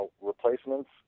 replacements